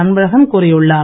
அன்பழகன் கூறியுள்ளார்